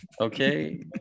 Okay